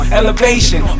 elevation